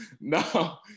no